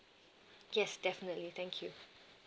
yes definitely thank you